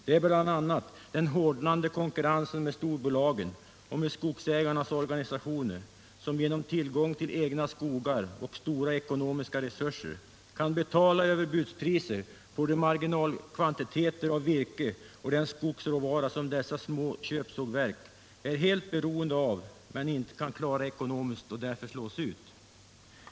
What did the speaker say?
Det är bl.a. den hårdnande konkurrensen med storbolagen och med skogsägarnas organisationer, som genom tillgång till egna skogar och stora ekonomiska resurser kan betala överbudspriser på de marginalkvantiteter av virke och den skogsråvara som dessa små köpsågverk är helt beroende av men inte kan klara ekonomiskt. Därför slås de ut.